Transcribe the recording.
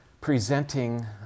presenting